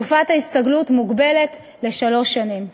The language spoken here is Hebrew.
תקופת ההסתגלות מוגבלת לשלוש שנים.